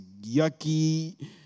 yucky